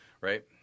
right